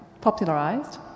popularized